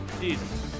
Jesus